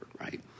right